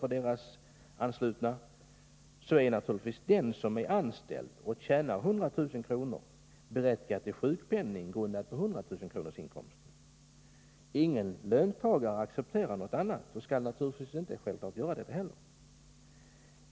för dem som är anslutna till förbundet, så är naturligtvis den som är anställd och tjänar 100000 kr. berättigad till sjukpenning grundad på 100 000-kronorsinkomsten. Ingen löntagare accepterar något annat och skall självfallet inte göra det heller.